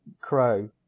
Crow